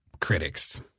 critics—